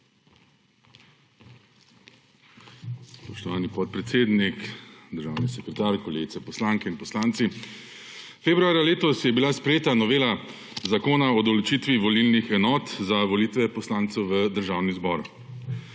Spoštovani podpredsednik, državni sekretar, kolegice poslanke in poslanci! Februarja letos je bila sprejeta novela zakona o določitvi volilnih enot za volitve poslancev v državni zbor.